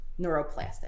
neuroplastic